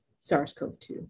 SARS-CoV-2